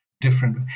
Different